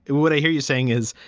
what i hear you saying is,